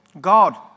God